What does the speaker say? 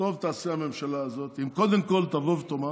שטוב תעשה הממשלה הזאת אם קודם כול תבוא ותאמר